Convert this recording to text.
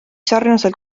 sarnaselt